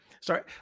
Sorry